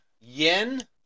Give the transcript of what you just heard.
Yen